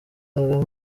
kagame